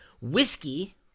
Whiskey